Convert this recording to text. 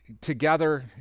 together